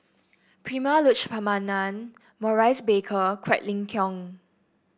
Prema Letchumanan Maurice Baker Quek Ling Kiong